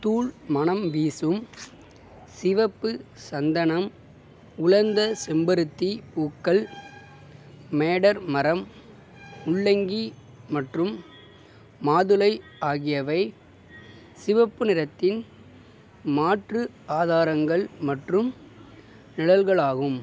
தூள் மணம் வீசும் சிவப்பு சந்தனம் உலர்ந்த செம்பருத்தி பூக்கள் மேடர் மரம் முள்ளங்கி மற்றும் மாதுளை ஆகியவை சிவப்பு நிறத்தின் மாற்று ஆதாரங்கள் மற்றும் நிழல்களாகும்